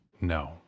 No